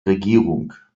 regierung